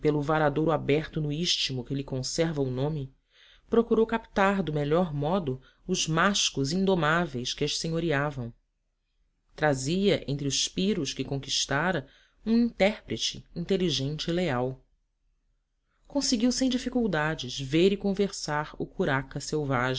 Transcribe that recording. varadouro aberto no istmo que lhe conserva o nome procurou captar do melhor modo os mashcos indomáveis que as senhoreavam trazia entre os piros que conquistara um intérprete inteligente e leal conseguiu sem dificuldades ver e conservar o curaca selvagem